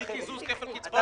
האי קיזוז כפל קצבאות,